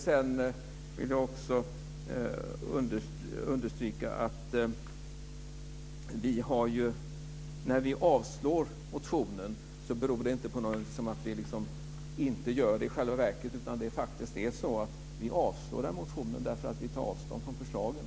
Jag vill också understryka en sak apropå detta att vi när vi avstyrker motionen inte gör det i själva verket. Det är faktiskt så att vi avstyrker motionen därför att vi tar avstånd från förslagen.